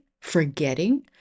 forgetting